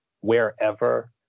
wherever